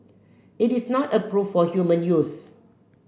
it is not approved for human use